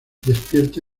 despierta